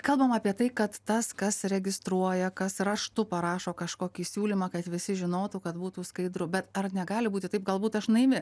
kalbam apie tai kad tas kas registruoja kas raštu parašo kažkokį siūlymą kad visi žinotų kad būtų skaidru bet ar negali būti taip galbūt aš naivi